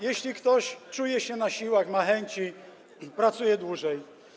Jeśli ktoś czuje się na siłach, ma chęci, pracuje dłużej.